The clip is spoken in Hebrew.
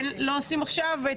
את כל הרביעייה לא עושים עכשיו?